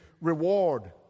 reward